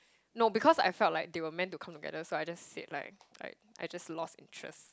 no because I felt like they were meant to come together so I just said like like I just lost interest